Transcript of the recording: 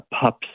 pups